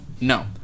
No